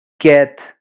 get